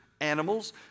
animals